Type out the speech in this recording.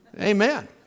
Amen